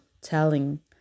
telling